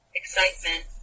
excitement